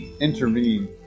intervene